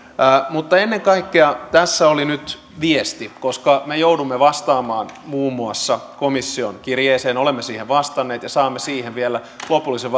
mutta ennen kaikkea tässä oli nyt viesti koska me joudumme vastaamaan muun muassa komission kirjeeseen olemme siihen vastanneet ja saamme siihen vielä lopullisen